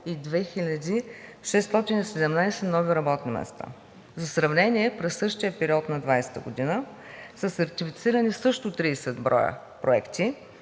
и 2617 нови работни места. За сравнение през същия период на 2020 г. са сертифицирани също 30 броя проекти